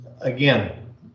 again